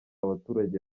abaturage